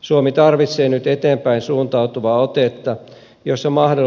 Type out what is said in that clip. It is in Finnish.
suomi tarvitsee nyt eteenpäin suuntautuvaa otetta joka